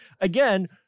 again